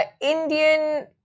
Indian